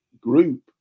group